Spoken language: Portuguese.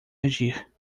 agir